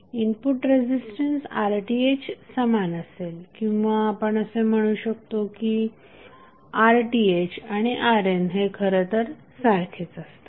input resistance RTh समान असेल किंवा आपण असे म्हणू शकता की RThआणि RN हे खरंतर सारखेच असतात